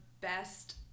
best